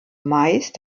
meist